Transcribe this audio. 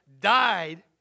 died